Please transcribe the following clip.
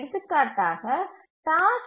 எடுத்துக்காட்டாக டாஸ்க்